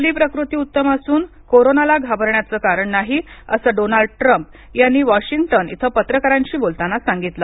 आपली प्रकृती उत्तम असून कोरोंना ला घाबरण्याच कारण नाही अस डोनाल्ड ट्रॅम्प यांनी वॉशिंग्टन इथ पत्रकारांशी बोलताना सांगितल